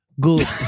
good